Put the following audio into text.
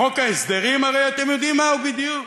חוק ההסדרים, הרי אתם יודעים מהו בדיוק: